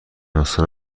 نسخه